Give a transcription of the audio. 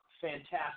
fantastic